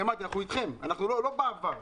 אמרתי: אנחנו אתכם, חייבים.